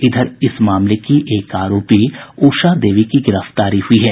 इधर इस मामले की एक आरोपी उषा देवी की गिरफ्तारी हुई है